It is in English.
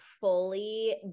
fully